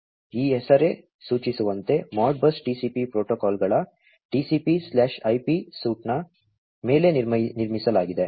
ಈ ಹೆಸರೇ ಸೂಚಿಸುವಂತೆ ModBus TCP ಪ್ರೋಟೋಕಾಲ್ಗಳ TCPIP ಸೂಟ್ನ ಮೇಲೆ ನಿರ್ಮಿಸಲಾಗಿದೆ